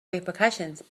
repercussions